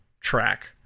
track